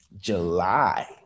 July